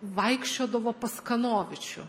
vaikščiodavo pas kanovičių